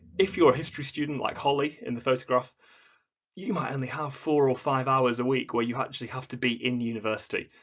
if you're a history student like holly in the photograph you might and only have four or five hours a week where you actually have to be in university,